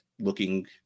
looking